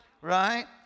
right